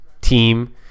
team